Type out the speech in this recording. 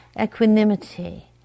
equanimity